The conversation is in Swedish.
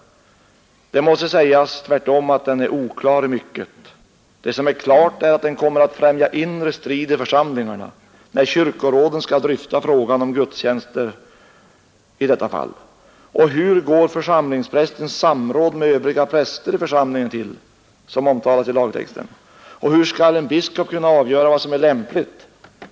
Det måste tvärtom hävdas att den är oklar i mycket. Det som är klart är att den kommer att främja inre strid i församlingarna, när kyrkoråden skall dryfta frågan om gudstjänsten i detta fall. Och hur går församlingsprästens samråd med övriga präster i församlingen till, som omtalas i lagtexten? Hur skall en biskop kunna avgöra vad som är lämpligt?